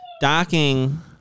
docking